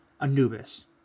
Anubis